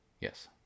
Yes